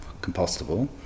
compostable